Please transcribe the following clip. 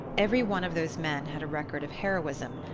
every one of those men had a record of heroism,